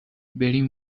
بریم